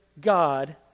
God